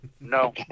No